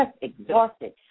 exhausted